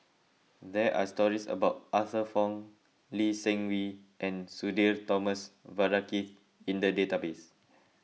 there are stories about Arthur Fong Lee Seng Wee and Sudhir Thomas Vadaketh in the database